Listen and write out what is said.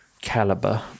caliber